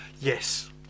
Yes